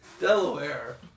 Delaware